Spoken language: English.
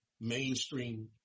mainstream